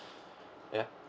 yeah